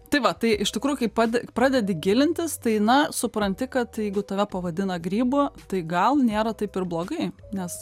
tai va tai iš tikrųjų kaip pade pradedi gilintis tai na supranti kad jeigu tave pavadina grybu tai gal nėra taip ir blogai nes